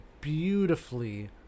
beautifully